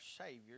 Savior